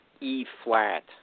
E-flat